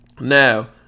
Now